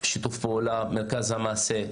שיתוף פעולה עם מרכז המעשה,